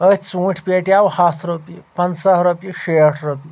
أتھۍ ژوٗنٛٹھۍ پیٹہِ آو ہَتھ رۄپیہِ پَنٛژاہ رۄپیہِ شیٹھ رۄپیہِ